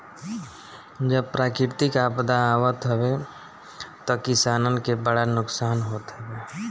जब प्राकृतिक आपदा आवत हवे तअ किसानन के बड़ा नुकसान होत हवे